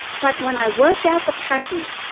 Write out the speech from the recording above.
but when i worked out the pattern,